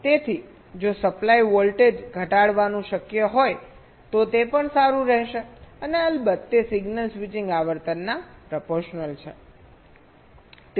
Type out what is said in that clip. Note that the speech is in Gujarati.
તેથી જો સપ્લાય વોલ્ટેજ ઘટાડવાનું શક્ય હોય તો તે પણ સારું રહેશે અને અલબત્ત તે સિગ્નલ સ્વિચિંગ આવર્તનના પ્રપોશનલ છે